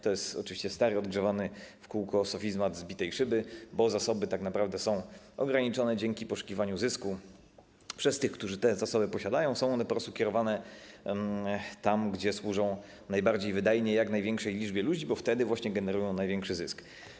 To jest oczywiście stary, odgrzewany w kółko sofizmat zbitej szyby, bo zasoby tak naprawdę są ograniczone dzięki poszukiwaniu zysku przez tych, którzy te zasoby posiadają, są one po prostu kierowane tam, gdzie służą najbardziej wydajnie jak największej liczbie ludzi, bo wtedy właśnie generują największy zysk.